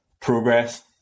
progress